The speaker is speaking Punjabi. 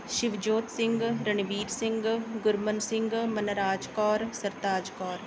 ਸ਼ਿਵਜੋਤ ਸਿੰਘ ਰਣਵੀਰ ਸਿੰਘ ਗੁਰਮਨ ਸਿੰਘ ਮਨਰਾਜ ਕੌਰ ਸਰਤਾਜ ਕੌਰ